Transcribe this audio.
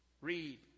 Read